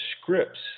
script's